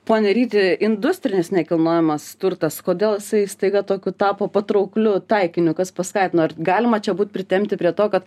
ponia ryti industrinis nekilnojamas turtas kodėl jisai staiga tokiu tapo patraukliu taikiniu kas paskatino ar galima čia būt pritempti prie to kad